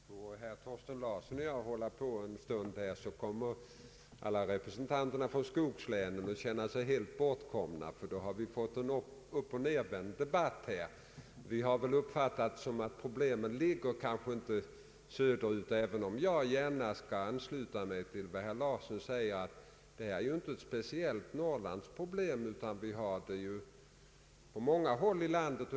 Herr talman! Får herr Thorsten Larsson och jag hålla på en stund kommer alla representanter för skogslänen att känna sig helt bortkomna. Då har vi nämligen fått en uppochnedvänd debatt. Jag har uppfattat det hela som att problemen inte ligger söderut, även om jag gärna skall ansluta mig till vad herr Larsson säger, att det här inte är ett speciellt Norrlandsproblem utan förekommer på många håll i landet.